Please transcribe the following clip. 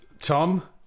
Tom